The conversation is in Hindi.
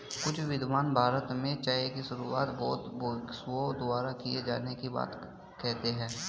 कुछ विद्वान भारत में चाय की शुरुआत बौद्ध भिक्षुओं द्वारा किए जाने की बात कहते हैं